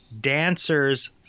dancers